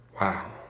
Wow